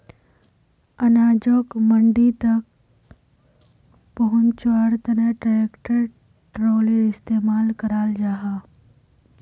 अनाजोक मंडी तक पहुन्च्वार तने ट्रेक्टर ट्रालिर इस्तेमाल कराल जाहा